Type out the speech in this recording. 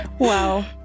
Wow